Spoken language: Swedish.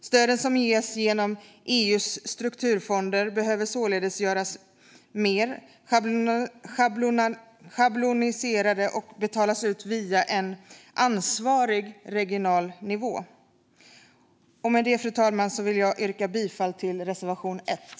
Stöden som ges genom EU:s strukturfonder behöver således göras mer schabloniserade och betalas ut via en ansvarig regional nivå. Med det, fru talman, yrkar jag bifall till reservation 1.